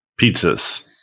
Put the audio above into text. Pizzas